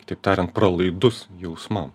taip tariant pralaidus jausmam